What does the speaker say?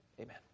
amen